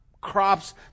crops